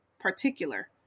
particular